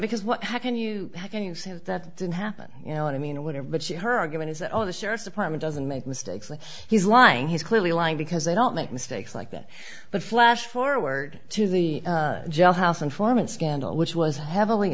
because what how can you how can you say that didn't happen you know what i mean or whatever but she her argument is that all the sheriff's department doesn't make mistakes like he's lying he's clearly lying because they don't make mistakes like that but flash forward to the jailhouse informant scandal which was heavily